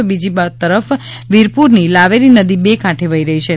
તો બીજી તરફ વીરપુરની લાવેરી નદી બે કાંઠે વહી રહી છે